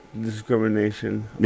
discrimination